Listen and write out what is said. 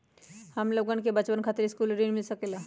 हमलोगन के बचवन खातीर सकलू ऋण मिल सकेला?